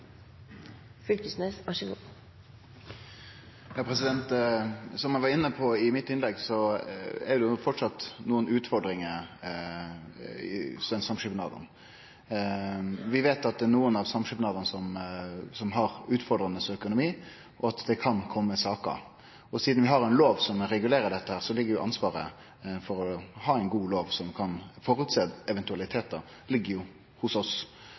det framleis nokre utfordringar i studentsamskipnadene. Vi veit at det er nokre av samskipnadene som har utfordrande økonomi, og at det kan kome saker. Sidan vi har ein lov som regulerer dette, ligg ansvaret for å ha ein god lov med omsyn til å føresjå eventualitetar, hos oss.